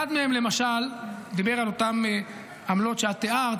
אחד מהם למשל דיבר על אותן עמלות שאת תיארת,